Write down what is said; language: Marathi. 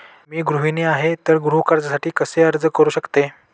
मी गृहिणी आहे तर गृह कर्जासाठी कसे अर्ज करू शकते?